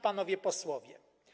Panowie Posłowie!